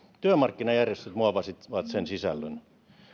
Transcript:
työmarkkinajärjestöt muovasivat sen sisällön